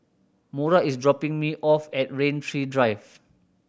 Mora is dropping me off at Rain Tree Drive